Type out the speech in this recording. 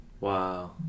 wow